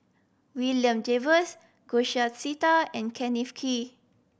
William Jervois Sita and Kenneth Kee